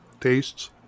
tastes